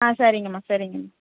ஆ சரிங்கம்மா சரிங்கம்மா